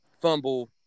fumble